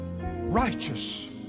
righteous